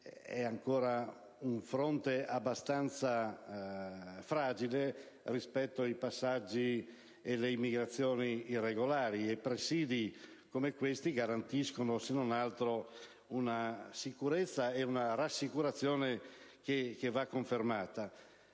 è ancora un fronte abbastanza fragile rispetto ai passaggi e alle immigrazioni irregolari è importante. Presidi come questo, infatti, garantiscono, se non altro, una sicurezza e una rassicurazione che vanno confermate.